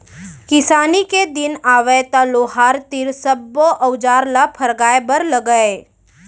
किसानी के दिन आवय त लोहार तीर सब्बो अउजार ल फरगाय बर लागय